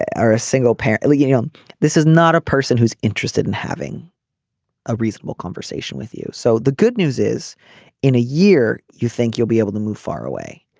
are a single passionately gay. um this is not a person who's interested in having a reasonable conversation with you. so the good news is in a year you think you'll be able to move far away.